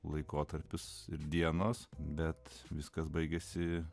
laikotarpis ir dienos bet viskas baigėsi